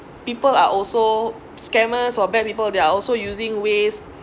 people are also scammers where bad people they are also using ways